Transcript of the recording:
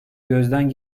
gözden